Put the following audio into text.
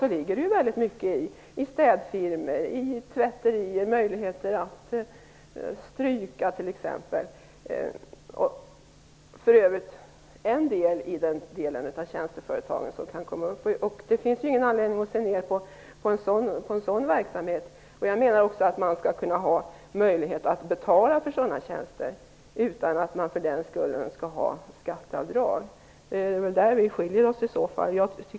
En stor del av dessa kan finnas inom området städfirmor, tvätterier, möjligheter att stryka, osv. Det är den typ av tjänsteföretag som kan dyka upp. Det finns ingen anledning att se ner på sådan verksamhet. Jag menar också att man skall kunna ha möjlighet att betala för sådana tjänster utan att man för den skull skall ha skatteavdrag. Det är där Bo Lundgren och jag i så fall skiljer oss.